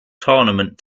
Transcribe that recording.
tournament